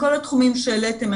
בכל התחומים שהעליתם,